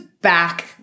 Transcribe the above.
back